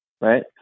right